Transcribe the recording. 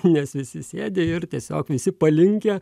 nes visi sėdi ir tiesiog visi palinkę